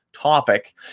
topic